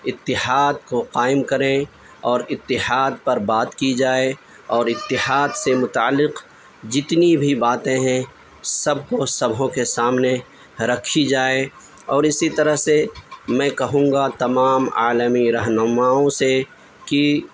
اتحاد کو قائم کریں اور اتحاد پر بات کی جائے اور اتحاد سے متعلق جتنی بھی باتیں ہیں سب کو سبھوں کے سامنے رکھی جائیں اور اسی طرح سے میں کہوں گا تمام عالمی رہنماؤں سے کہ